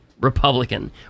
Republican